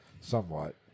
somewhat